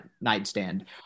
nightstand